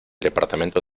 departamento